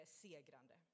segrande